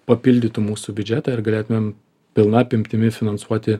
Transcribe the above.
papildytų mūsų biudžetą ir galėtumėm pilna apimtimi finansuoti